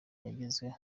yagezweho